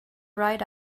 ride